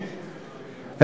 בינוני.